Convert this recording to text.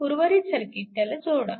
उर्वरित सर्किट त्याला जोडा